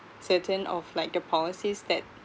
certain of like the policies that